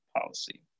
Policy